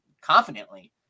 confidently